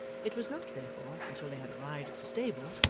it was not, therefore, until they had arrived at the stable,